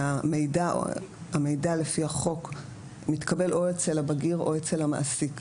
שהמידע לפי החוק מתקבל או אצל הבגיר או אצל המעסיק.